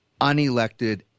unelected